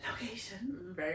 Location